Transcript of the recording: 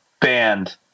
band